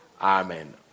Amen